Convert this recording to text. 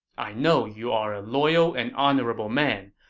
i know you are a loyal and honorable man,